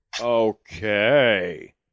Okay